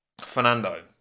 Fernando